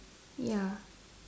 ya